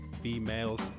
females